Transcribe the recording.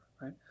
right